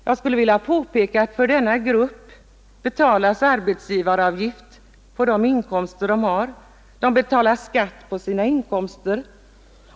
Jag skulle vilja påpeka att för denna grupp betalas arbetsgivaravgift på de inkomster de har och att de betalar skatt på sina inkomster.